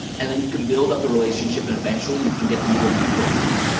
and then you can build up the relationship and eventually, you can get them to go deeper with you.